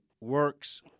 works